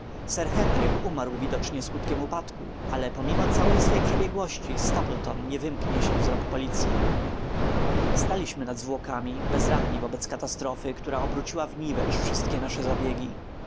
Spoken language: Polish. sir henryk umarł widocznie skutkiem upadku ale pomimo całej swej przebiegłości stapleton nie wymknie się z rąk policyi staliśmy nad zwłokami bezradni wobec katastrofy która obróciła w niwecz wszystkie nasze zabiegi